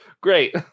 Great